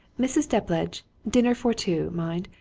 mrs. depledge dinner for two, mind.